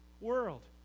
world